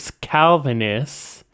Calvinists